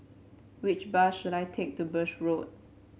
which bus should I take to Birch Road